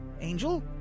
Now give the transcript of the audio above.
Angel